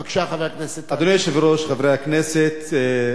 בבקשה, חבר הכנסת אלסאנע.